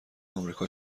آمریکا